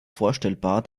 vorstellbar